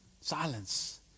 Silence